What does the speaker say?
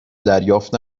دریافت